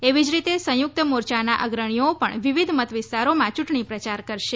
એવી જ રીતે સંયુક્ત મોરચાના અગ્રણીઓ પણ વિવિધ મતવિસ્તારોમાં ચૂંટણી પ્રચાર કરશે